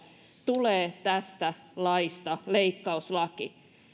tulee tästä laista leikkauslaki